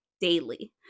daily